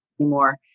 anymore